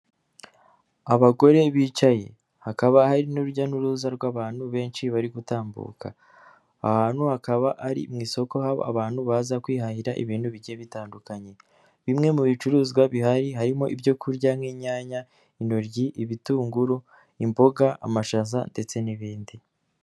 Abagore bicaye hakaba hari n'urujya n'uruza rw'abantu benshi bari gutambuka, aha hantu hakaba ari mu isoko abantu baza kwihahirira ibintu bigiye bitandukanye, bimwe mu bicuruzwa bihari harimo ibyo kurya nk'inyanya, intoryi, ibitunguru, imboga, amashaza ndetse n'ibindi.